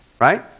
Right